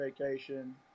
vacation